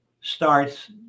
starts